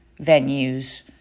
venues